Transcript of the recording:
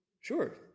Sure